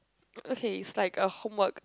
okay it's like a homework